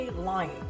lying